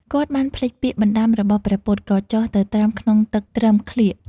គាត់បានភ្លេចពាក្យបណ្ដាំរបស់ព្រះពុទ្ធ ក៏ចុះទៅត្រាំក្នុងទឹកត្រឹមក្លៀក។